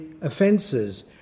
offences